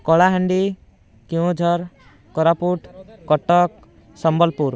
Kalahandi Keonjhar Koraput Cuttack Sambalpur